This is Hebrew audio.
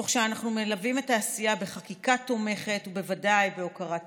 תוך שאנחנו מלווים את העשייה בחקיקה תומכת ובוודאי בהוקרת המשרתים.